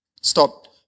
Stop